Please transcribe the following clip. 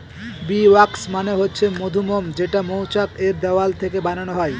bee wax মানে হচ্ছে মধুমোম যেটা মৌচাক এর দেওয়াল থেকে বানানো হয়